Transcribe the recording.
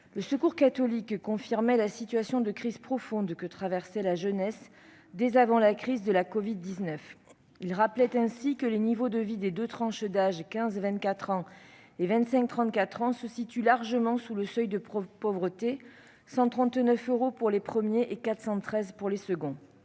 le Secours catholique confirmait la situation de crise profonde que traversait la jeunesse dès avant la crise de la covid-19, en rappelant par exemple que les niveaux de vie des deux tranches d'âge 15-24 ans et 25-34 ans se situent largement sous le seuil de pauvreté : 139 euros pour les premiers et 413 euros pour les seconds.